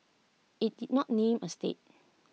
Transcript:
IT did not name A state